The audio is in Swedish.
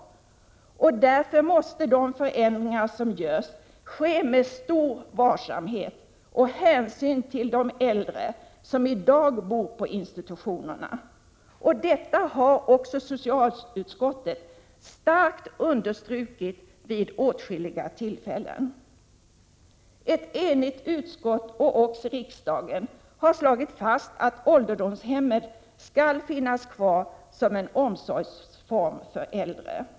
Därför måste de förändringar som görs ske med stor varsamhet och hänsyn till de äldre som i dag bor på institutionerna. Detta har också socialutskottet starkt understrukit vid åtskilliga tillfällen. Ett enigt utskott, och också riksdagen, har slagit fast att ålderdomshemmen skall finnas kvar som en omsorgsform för äldre.